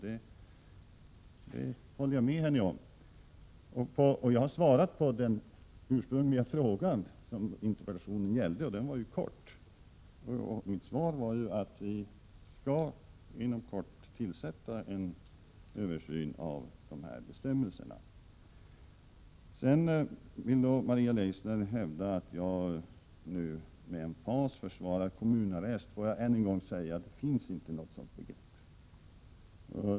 Jag håller med henne om detta. Jag har svarat på den ursprungliga frågan som interpellationen gällde. Den var ju kort. Mitt svar var att vi inom kort skall tillsätta en kommitté som skall göra en översyn av dessa bestämmelser. Sedan ville Maria Leissner hävda att jag nu med emfas försvarar kommunarrest. Får jag än en gång säga att det inte finns något sådant begrepp.